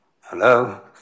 Hello